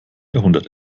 jahrhundert